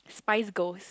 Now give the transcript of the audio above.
Spice-Girls